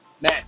Man